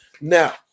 Now